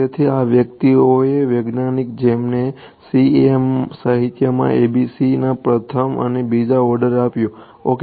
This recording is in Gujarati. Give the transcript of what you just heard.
તેથી આ વ્યક્તિઓ એ વૈજ્ઞાનિકો છે જેમણે CEM સાહિત્યમાં ABCs ના પ્રથમ અને બીજા ઓર્ડર આપ્યા ઓકે